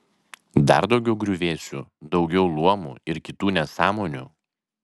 dar daugiau griuvėsių daugiau luomų ir kitų nesąmonių